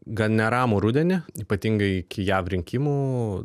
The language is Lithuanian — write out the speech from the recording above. gan neramų rudenį ypatingai iki jav rinkimų